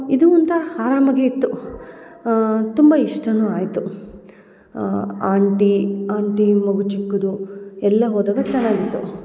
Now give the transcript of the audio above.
ಇದು ಒಂಥರ ಆರಾಮಾಗೇ ಇತ್ತು ತುಂಬ ಇಷ್ಟನು ಆಯಿತು ಆಂಟಿ ಆಂಟಿ ಮಗು ಚಿಕ್ಕುದು ಎಲ್ಲೆ ಹೋದಾಗ ಚೆನ್ನಾಗಿತ್ತು